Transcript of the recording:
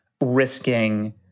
risking